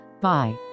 Bye